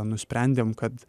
nusprendėm kad